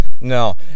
No